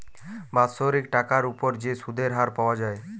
বাৎসরিক টাকার উপর যে সুধের হার পাওয়া যায়